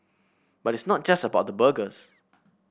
but it's not just about the burgers